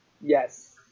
Yes